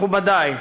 מכובדי,